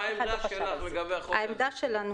מה העמדה שלך לגבי הצעת החוק הזאת?